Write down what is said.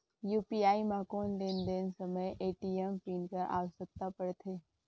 UPI म कौन लेन देन समय ए.टी.एम पिन कर आवश्यकता पड़थे?